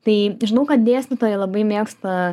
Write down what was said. tai žinau kad dėstytojai labai mėgsta